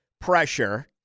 pressure